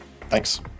Thanks